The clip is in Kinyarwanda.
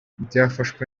byafashwe